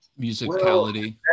musicality